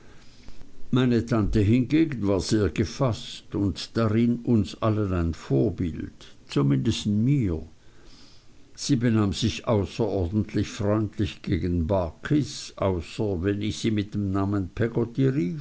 meine tante hingegen war sehr gefaßt und darin uns allen ein vorbild zum mindesten mir sie benahm sich außerordentlich freundlich gegen barkis außer wenn ich sie mit dem namen